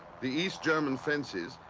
the east german fences,